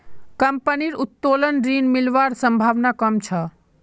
कंपनीर उत्तोलन ऋण मिलवार संभावना कम छ